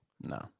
No